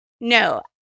No